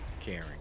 caring